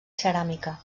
ceràmica